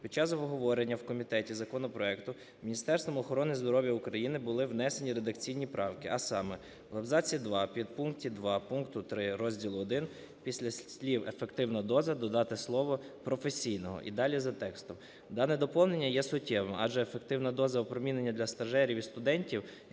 Під час обговорення в комітеті законопроекту Міністерством охорони здоров'я України були внесені редакційні правки. А саме: в абзаці 2 підпункті 2 пункту 3, розділ І, після слів "ефективна доза" додати слово "професійного" – і далі за текстом. Дане доповнення є суттєвим, адже ефективна доза опромінення для стажерів і студентів,